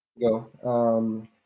go